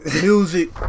music